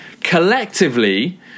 Collectively